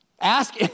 Ask